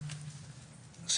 בראש